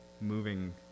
moving